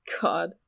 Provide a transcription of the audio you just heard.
God